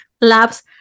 labs